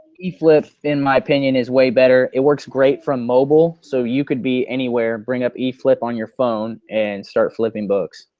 eflip in my opinion is way better. it works great from mobile so you could be anywhere, bring up eflip on your phone and start flipping books.